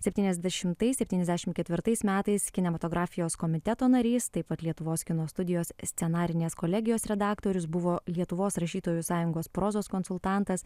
septyniasdešimtais septyniasdešim ketvirtais metais kinematografijos komiteto narys taip pat lietuvos kino studijos scenarinės kolegijos redaktorius buvo lietuvos rašytojų sąjungos prozos konsultantas